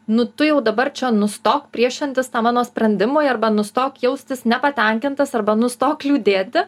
nu tu jau dabar čia nustok priešintis mano sprendimui arba nustok jaustis nepatenkintas arba nustok liūdėti